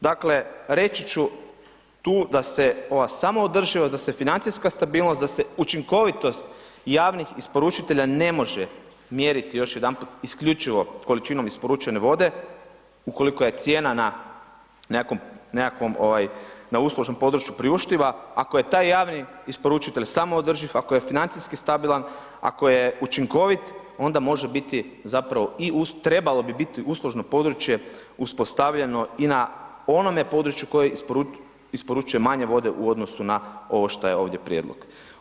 Dakle reći ću tu da se ova samoodrživost, da se financijska stabilnost, da se učinkovitost javnih isporučitelja ne može mjeriti još jedanput isključivo količinom isporučene vode ukoliko je cijena na nekakvom, na uslužnom području priuštiva ako je taj javni isporučitelj samoodrživ, ako je financijski stabilan, ako je učinkovit, onda može biti zapravo i trebalo bi biti uslužno područje uspostavljeno i na onome području koje isporučuje manje vode u odnosu na ovo što je ovdje prijedlog.